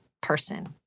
person